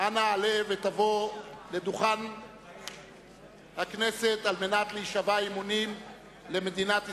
אנא עלה ובוא לדוכן הכנסת כדי להישבע אמונים למדינת ישראל.